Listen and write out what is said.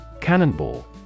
Cannonball